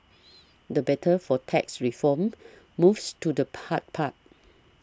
the battle for tax reform moves to the part part